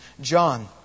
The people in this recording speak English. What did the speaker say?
John